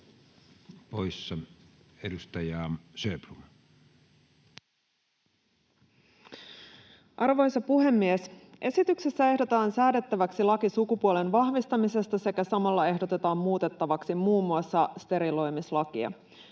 poissa. — Edustaja Sjöblom. Arvoisa puhemies! Esityksessä ehdotetaan säädettäväksi laki sukupuolen vahvistamisesta sekä samalla ehdotetaan muutettavaksi muun muassa steriloimislakia.